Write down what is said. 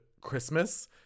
christmas